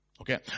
Okay